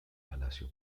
palacio